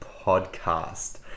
Podcast